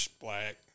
black